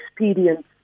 experience